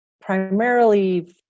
primarily